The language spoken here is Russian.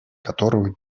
которого